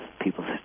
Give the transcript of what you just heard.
people